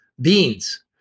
beans